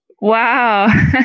Wow